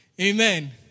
Amen